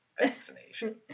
vaccination